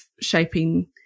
shaping